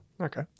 Okay